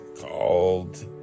called